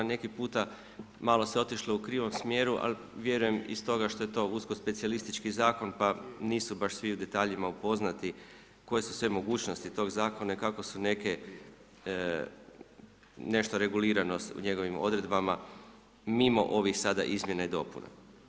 Neki puta se malo otišlo u krivom smjeru, ali vjerujem i stoga što je to usko specijalistički zakon, pa nisu baš svi u detaljima upoznati koje su sve mogućnosti tog zakona i kako su neke, nešto regulirano s njegovim odredbama mimo ovih sada izmjena i dopuna.